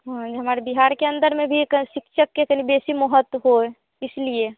हँ जो हमारे बिहार के अन्दर में भी एक शिक्क्षक के कामो बेशी महत्त्व होए इसलिए